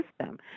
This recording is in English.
system